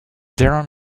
dear